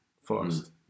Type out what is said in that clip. first